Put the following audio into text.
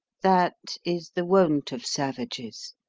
that is the wont of savages.